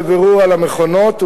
בבירור על המכונות,